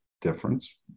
difference